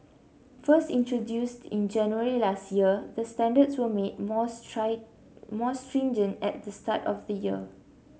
first introduced in January last year the standards were made more more stringent at the start of the year